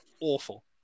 awful